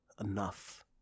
enough